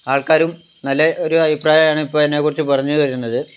ആൾക്കാരും നല്ല ഒരു അഭിപ്രായമാണ് ഇപ്പോൾ എന്നെക്കുറിച്ച് പറഞ്ഞു വരുന്നത്